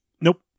Nope